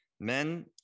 men